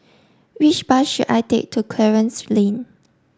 which bus should I take to Clarence Lane